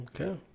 Okay